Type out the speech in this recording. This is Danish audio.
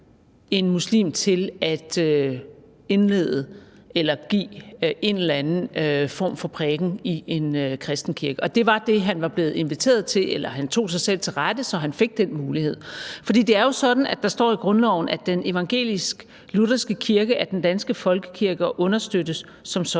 en muslim til at indlede eller give en eller anden form for prædiken i en kristen kirke. Og det var det, han var blevet inviteret til – eller han tog sig selv til rette, så han fik den mulighed. For det er jo sådan, at der står i grundloven, at den evangelisk-lutherske kirke er den danske folkekirke og understøttes som sådan